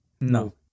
No